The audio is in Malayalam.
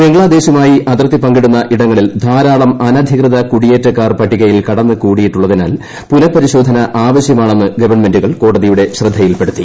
ബംഗ്ലാദേശുമായി അതിർത്തി പങ്കിടുന്ന ഇടങ്ങളിൽ ധാരാളം അനധികൃത കുടിയേറ്റക്കാർ പട്ടികയിൽ കടന്നു കൂടിയിട്ടുള്ളതിനാൽ പുനഃപരിശോധന ആവശ്യമാണെന്ന് ഗവൺമെന്റുകൾ കോടതിയുടെ ശ്രദ്ധയിൽപ്പെടുത്തി